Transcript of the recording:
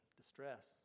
distress